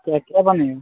क्या क्या बने